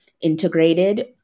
integrated